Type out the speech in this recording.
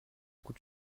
coûte